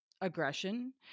aggression